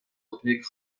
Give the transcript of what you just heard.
اوپک